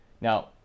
Now